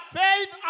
faith